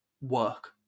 work